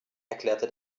erklärte